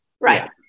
right